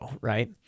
right